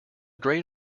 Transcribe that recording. great